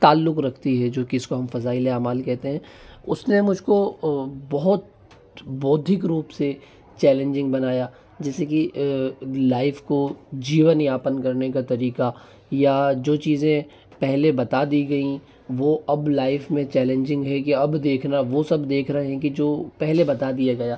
ताल्लुक रखती है जिसको हम फ़ज़ाइल ए आमाल कहते है उसने मुझको बहुत बौद्धिक रूप से चेलेंजिंग बनाया जैसी कि लाइफ को जीवन यापन करने का तरीका या जो चीज़ें पहले बता दी गई वो अब लाइफ में चेलेंजिंग है कि अब देखना वो सब देख रहे हैं कि जो पहले बता दिया गया